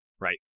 Right